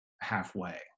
halfway